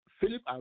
Philip